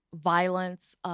violence